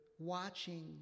watching